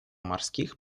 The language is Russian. морских